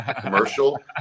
commercial